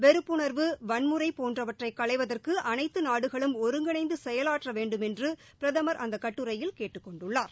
வெறுப்புணர்வு வன்முறை போன்றவற்றை களைவதற்கு அனைத்து நாடுகளும் ஒருங்கிணைந்து செயலாற்ற வேண்டும் என்று பிரதமர் அந்த கட்டுரையில் கேட்டுக் கொண்டுள்ளார்